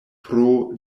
pro